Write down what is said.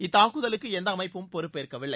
இந்த தாக்குதலுக்கு எந்த அமைப்பும் பொறுப்பேற்கவில்லை